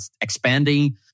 expanding